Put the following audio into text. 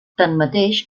tanmateix